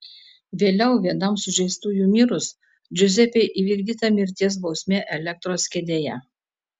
vėliau vienam sužeistųjų mirus džiuzepei įvykdyta mirties bausmė elektros kėdėje